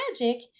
magic